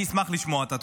אני אשמח לשמוע אותה.